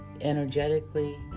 energetically